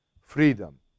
freedom